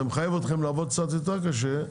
זה מחייב אתכם לעבוד קצת יותר קשה.